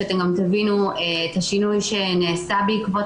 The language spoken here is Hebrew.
כדי שתבינו את השינוי שנעשה בעקבות